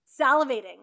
salivating